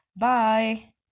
Bye